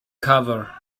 cover